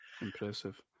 Impressive